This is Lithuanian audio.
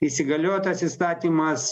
įsigaliojo tas įstatymas